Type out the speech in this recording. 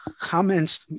comments